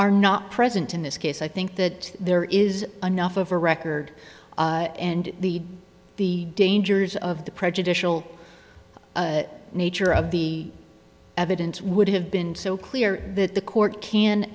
are not present in this case i think that there is another of a record and the the dangers of the prejudicial nature of the evidence would have been so clear that the court can